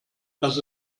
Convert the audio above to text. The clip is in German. dass